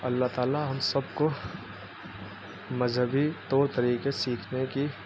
اللہ تعالیٰ ہم سب کو مذہبی طور طریقے سیکھنے کی